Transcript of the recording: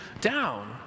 down